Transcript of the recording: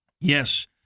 Yes